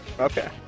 okay